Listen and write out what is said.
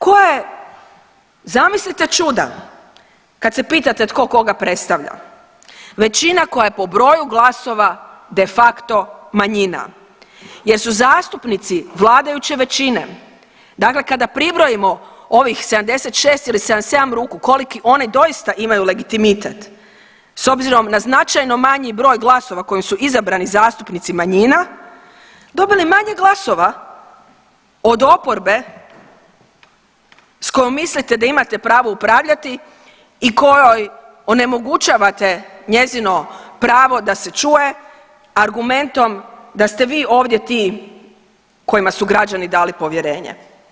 Koje, zamislite čuda, kad se pitate tko koga predstavlja, većina koja je po broju glasova de facto manjina jer su zastupnici vladajuće većine dakle kada pribrojimo ovih 76 ili 77 ruku koliki one doista imaju legitimitet s obzirom na značajno manji broj glasova kojim su izabrani zastupnici manjina dobili manje glasova od oporbe s kojom mislite da imate pravo upravljati i kojoj onemogućavate njezino pravo da se čuje argumentom da ste vi ovdje ti kojima su građani dali povjerenje.